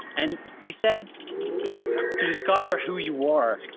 and he said to discover who you are,